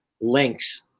links